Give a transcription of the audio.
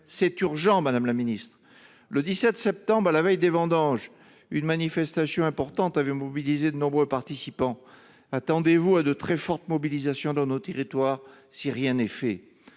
C’est urgent, madame la ministre ! Le 17 septembre, à la veille des vendanges, une manifestation avait mobilisé de nombreux participants. Attendez vous à de très fortes mobilisations dans nos territoires si rien n’est fait.